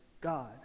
God